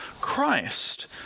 Christ